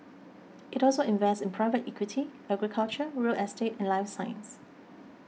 it also invests in private equity agriculture real estate and life science